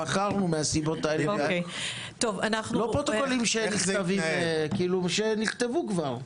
בחרנו מהסיבות האלה והאלה פרוטוקולים שכבר נכתבו.